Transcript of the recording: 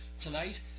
tonight